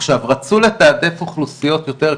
עכשיו, רצו לתעדף אוכלוסיות יותר קשות,